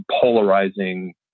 polarizing